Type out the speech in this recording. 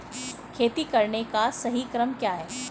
खेती करने का सही क्रम क्या है?